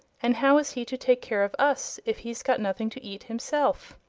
and how is he to take care of us if he's got nothing to eat himself?